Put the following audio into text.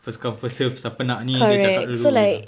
first come first serve siapa nak ni dia cakap dulu gitu